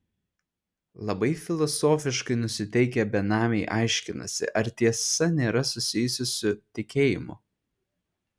labai filosofiškai nusiteikę benamiai aiškinasi ar tiesa nėra susijusi su tikėjimu